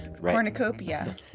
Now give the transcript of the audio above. cornucopia